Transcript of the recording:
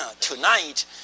Tonight